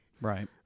Right